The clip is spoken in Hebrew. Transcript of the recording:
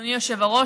אדוני היושב-ראש,